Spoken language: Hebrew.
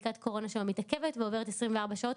בדיקת קורונה שלו מתעכבת ועוברות 24 שעות,